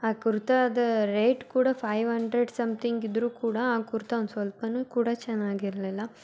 ಆ ಕುರ್ತಾದ ರೇಟ್ ಕೂಡ ಫೈವ್ ಹಂಡ್ರೆಡ್ ಸಮ್ಥಿಂಗ್ ಇದ್ದರೂ ಕೂಡ ಆ ಕುರ್ತಾ ಒಂದು ಸ್ವಲ್ಪವೂ ಕೂಡ ಚೆನ್ನಾಗಿ ಇರಲಿಲ್ಲ